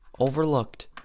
overlooked